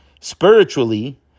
Spiritually